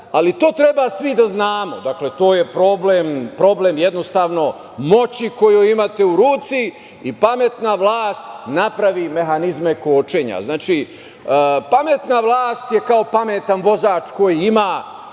ali to treba svi da znamo i to je problem moći koju imate u ruci i pametna vlast napravi mehanizme kočenja. Pametna vlast je kao pametan vozač koji ima